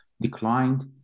declined